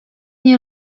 nie